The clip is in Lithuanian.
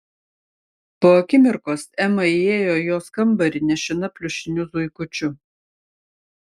po akimirkos ema įėjo į jos kambarį nešina pliušiniu zuikučiu